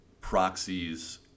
proxies